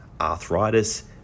arthritis